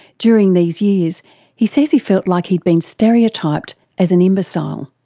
during these years he says he felt like he'd been stereotyped as an imbecile.